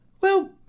Well